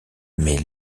mais